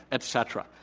et cetera.